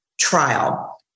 trial